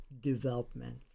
development